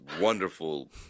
wonderful